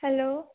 hello